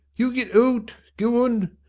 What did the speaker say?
you git out, go on.